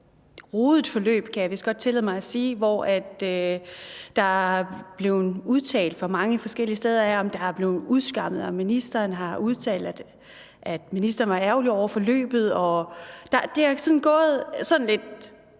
mig at sige, hvor der er kommet udtalelser fra mange forskellige steder, og der er blevet udskammet, og ministeren har udtalt, at ministeren var ærgerlig over forløbet. Det er gået sådan lidt